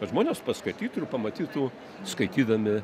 žmonės paskaitytų ir pamatytų skaitydami